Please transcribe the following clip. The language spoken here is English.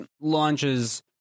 launches